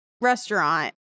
restaurant